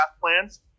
plans